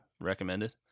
recommended